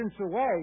away